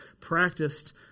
practiced